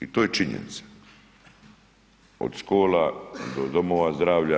I to je činjenica, od škola do domova zdravlja.